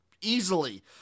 easily